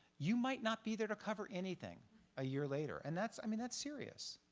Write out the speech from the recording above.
you might not be there to cover anything a year later. and that's i mean that's serious.